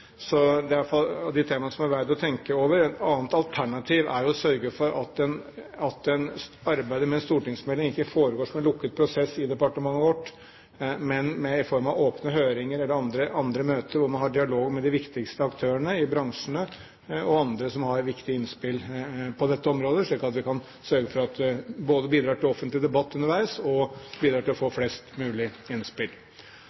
så det er i hvert fall blant de temaer det er verdt å tenke over. Et annet alternativ er jo å sørge for at arbeidet med en stortingsmelding ikke foregår som en lukket prosess i departementet vårt, men i form av åpne høringer eller andre møter hvor man har dialog med de viktigste aktørene i bransjene og med andre som har viktige innspill på dette området, slik at vi kan sørge for at vi både bidrar til offentlig debatt underveis og til å